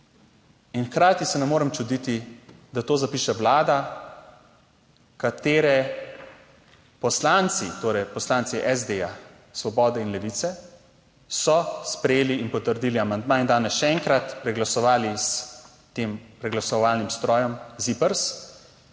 In hkrati se ne morem čuditi, da to zapiše Vlada katere poslanci, torej poslanci SD, Svobode in levice so sprejeli in potrdili amandma in danes še enkrat preglasovali s tem preglasovalnim strojem ZIPRS,